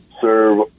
serve